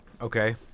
Okay